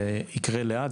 שייקרה לאט,